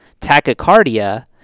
tachycardia